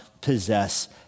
possess